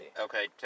Okay